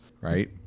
right